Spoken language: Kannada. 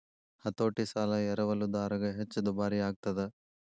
ಹತೋಟಿ ಸಾಲ ಎರವಲುದಾರಗ ಹೆಚ್ಚ ದುಬಾರಿಯಾಗ್ತದ